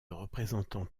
représentant